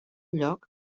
lloc